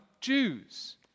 Jews